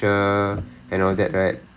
mm mm